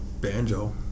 banjo